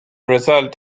result